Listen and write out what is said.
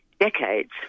decades